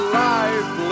life